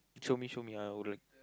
show me show me